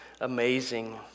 amazing